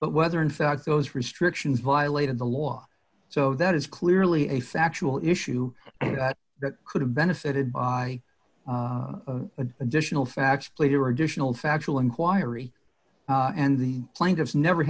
but whether in fact those restrictions violated the law so that is clearly a factual issue that could have benefited by an additional facts plater additional factual inquiry and the plaintiff never